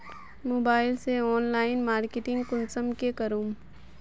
Mobile से online marketing कुंसम के करूम?